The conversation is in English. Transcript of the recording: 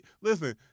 listen